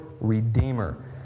Redeemer